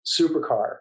supercar